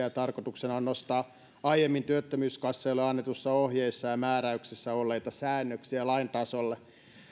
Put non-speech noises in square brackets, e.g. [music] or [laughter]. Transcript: [unintelligible] ja tarkoituksena on nostaa aiemmin työttömyyskassoille annetuissa ohjeissa ja määräyksissä olleita säännöksiä lain tasolle